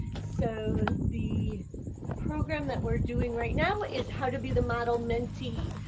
so the program that we are doing right now is how to be the model mentee.